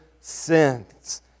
sins